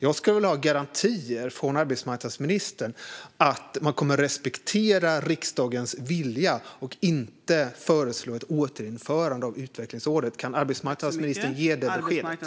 Jag skulle vilja ha garantier från arbetsmarknadsministern att man kommer att respektera riksdagens vilja och inte föreslå ett införande av utvecklingsåret. Kan arbetsmarknadsministern ge ett sådant besked?